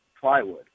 plywood